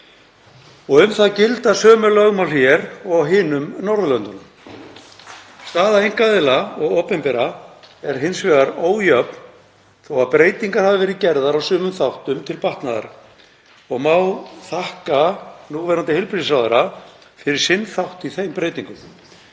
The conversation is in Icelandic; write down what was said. og um það gilda sömu lögmál hér og á öðrum Norðurlöndum. Staða einkaaðila og hins opinbera er hins vegar ójöfn þó að breytingar hafi verið gerðar á sumum þáttum til batnaðar og má þakka núverandi heilbrigðisráðherra fyrir sinn þátt í þeim breytingum.